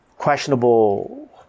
Questionable